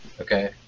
Okay